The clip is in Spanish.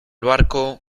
barco